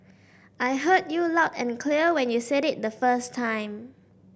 I heard you loud and clear when you said it the first time